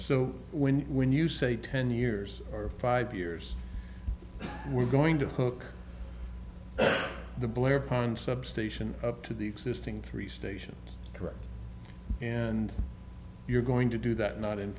so when you when you say ten years or five years we're going to hook the blair pond substation up to the existing three station correct and you're going to do that not in